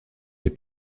les